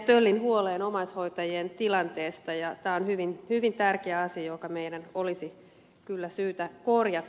töllin huoleen omaishoitajien tilanteesta ja tämä on hyvin tärkeä asia joka meidän olisi kyllä syytä korjata